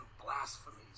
blasphemies